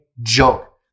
joke